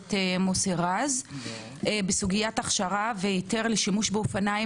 הכנסת מוסי רז בסוגית הכשרה והיתר לשימוש באופניים